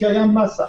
כי הייתה מסה.